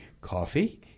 coffee